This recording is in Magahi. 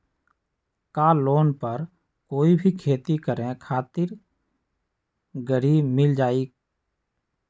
का लोन पर कोई भी खेती करें खातिर गरी मिल जाइ?